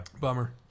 Bummer